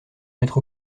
mettre